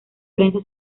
prensa